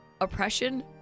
oppression